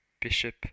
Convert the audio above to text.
bishop